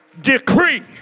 decree